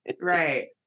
right